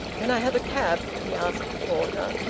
can i have a cab? he asked the porter.